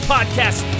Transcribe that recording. Podcast